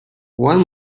when